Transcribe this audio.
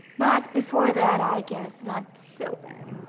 but before that i guess not so bad.